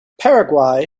paraguay